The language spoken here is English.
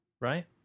right